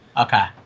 Okay